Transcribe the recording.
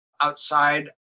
outside